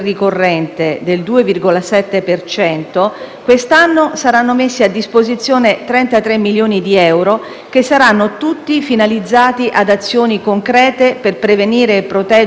quest'anno saranno messi a disposizione 33 milioni di euro che saranno tutti finalizzati ad azioni concrete per prevenire e proteggere le donne e punire veramente i colpevoli.